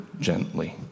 gently